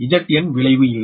Zn விளைவு இல்லை